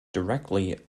directly